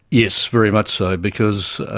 yes, very much so, because